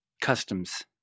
Customs